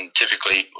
typically